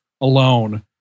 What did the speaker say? alone